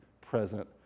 present